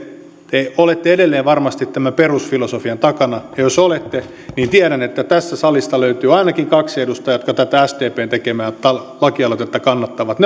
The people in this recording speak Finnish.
ja olette edelleen varmasti tämän perusfilosofian takana ja jos olette niin tiedän että tästä salista löytyy ainakin kaksi edustajaa jotka tätä sdpn tekemää lakialoitetta kannattavat